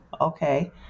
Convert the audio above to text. Okay